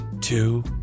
Two